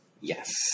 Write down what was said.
Yes